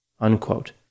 unquote